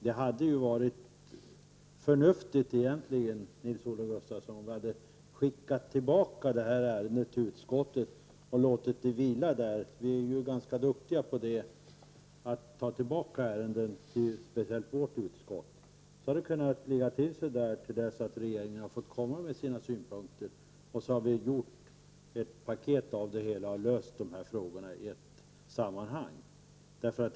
Det hade ju egentligen, Nils Olof Gustafsson, varit förnuftigt att skicka tillbaka detta ärende till utskottet och låta det vila. Vi är ju speciellt i vårt utskott ganska duktiga på att dra tillbaka ärenden. Det hade då kunnat ”ligga till sig” där till" dess att rege ringen har hunnit komma med sina synpunkter, och vi hade sedan kunnat göra ett paket av det hela för att på så sätt finna en lösning på dessa frågor i ett sammanhang.